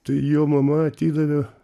tai jo mama atidavė